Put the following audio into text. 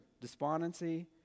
despondency